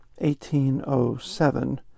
1807